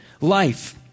life